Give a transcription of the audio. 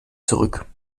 zurück